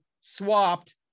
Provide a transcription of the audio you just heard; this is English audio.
swapped